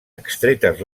extretes